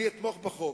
אני אתמוך בחוק.